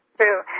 True